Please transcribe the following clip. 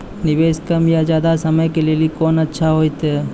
निवेश कम या ज्यादा समय के लेली कोंन अच्छा होइतै?